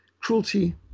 cruelty